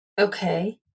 Okay